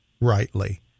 rightly